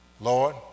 Lord